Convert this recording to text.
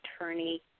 attorney